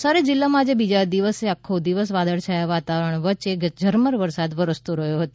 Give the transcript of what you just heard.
નવસારી જિલ્લામાં આજે બીજા દિવસે આખો દિવસ વાદળછાયા વાતાવરણ વચ્ચે ઝરમર વરસાદ વરસતો રહ્યો હતો